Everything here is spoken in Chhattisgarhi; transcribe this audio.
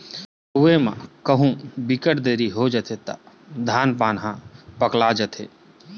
लूए म कहु बिकट देरी होइस त धान पान ह पकला जाथे